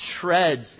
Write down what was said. treads